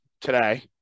today